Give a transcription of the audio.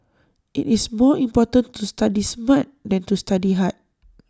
IT is more important to study smart than to study hard